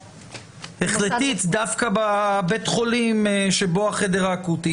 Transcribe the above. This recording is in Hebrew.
החלטית דווקא בבית החולים שבו החדר האקוטי.